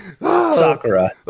Sakura